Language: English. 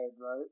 right